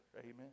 amen